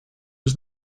was